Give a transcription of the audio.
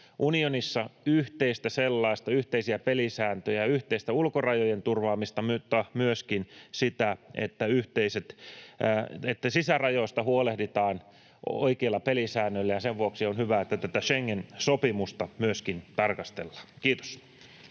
unionissa, yhteistä sellaista, yhteisiä pelisääntöjä, yhteistä ulkorajojen turvaamista mutta myöskin sitä, että sisärajoista huolehditaan oikeilla pelisäännöillä, ja sen vuoksi on hyvä, että myöskin tätä Schengen-sopimusta tarkastellaan. — Kiitos.